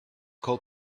call